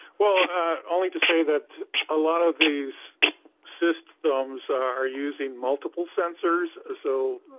well only to say that a lot of these systems are using multiple sensors so